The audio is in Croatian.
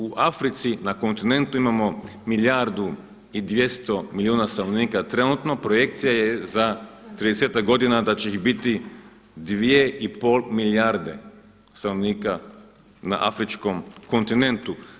U Africi na kontinentu imamo milijardu i 200 milijuna stanovnika trenutno, projekcija je za 30-ak godina da će ih biti 2,5 milijarde stanovnika na Afričkom kontinentu.